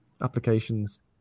applications